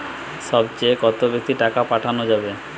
সব চেয়ে কত বেশি টাকা পাঠানো যাবে?